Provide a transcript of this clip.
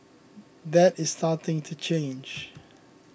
that is starting to change